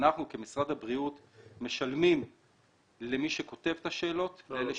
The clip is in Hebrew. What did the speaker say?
אנחנו כמשרד הבריאות משלמים למי שכותב את השאלות --- לא חשוב.